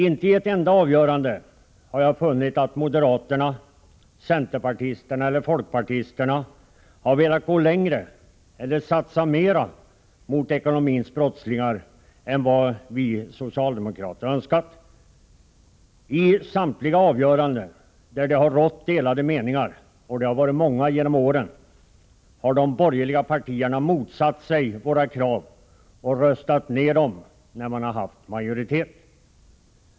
Inte i ett enda avgörande har jag funnit att moderaterna, centerpartisterna eller folkpartisterna har velat gå längre eller satsa mera mot ekonomins brottslingar än vi socialdemokrater har önskat. I samtliga avgöranden där det har rått delade meningar — och det har varit många genom åren — har de borgerliga partierna motsatt sig våra krav och röstat ned dem när de haft majoritet.